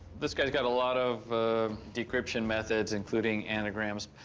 this guy's got a lot of decryption methods, including anagrams,